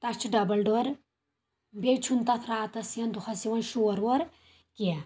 تتھ چھُ double door بییٚہِ چھُنہٕ تتھ راتس یا دۄہس یِوان شور وور کینٛہہ